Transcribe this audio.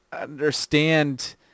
understand